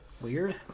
Weird